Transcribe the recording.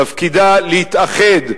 תפקידה להתאחד,